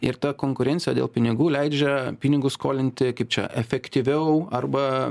ir ta konkurencija dėl pinigų leidžia pinigus skolinti kaip čia efektyviau arba